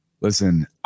Listen